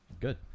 Good